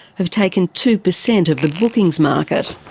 have taken two percent of the bookings market.